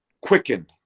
Quicken